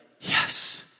yes